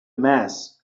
mass